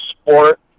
sport